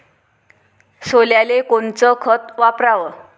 सोल्याले कोनचं खत वापराव?